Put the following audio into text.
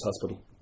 hospital